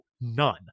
none